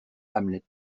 hamlet